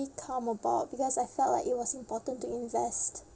come about because I felt like it was important to invest